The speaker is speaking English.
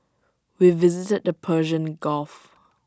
we visited the Persian gulf